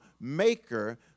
maker